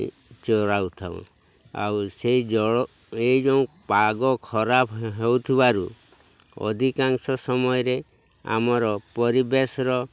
ଚରାଉ ଥାଉ ଆଉ ସେଇ ଜଳ ଏଇ ଯେଉଁ ପାଗ ଖରାପ ହେଉଥିବାରୁ ଅଧିକାଂଶ ସମୟରେ ଆମର ପରିବେଶର